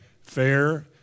fair